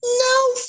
no